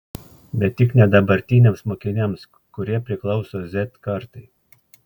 bet tik ne dabartiniams mokiniams kurie priklauso z kartai